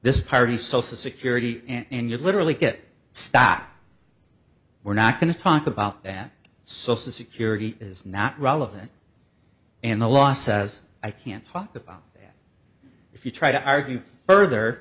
this party social security and you literally get stock we're not going to talk about that social security is not relevant and the law says i can't talk about that if you try to argue further